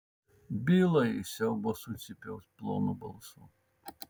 bilai iš siaubo sucypiau plonu balsu